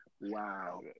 Wow